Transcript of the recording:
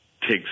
takes